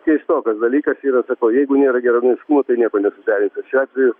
keistokas dalykas yra sakau jeigu nėra geranoriškumo tai nieko nesuderinsi šiuo atveju